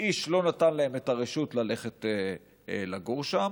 שאיש לא נתן את הרשות ללכת לגור שם,